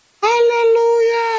Hallelujah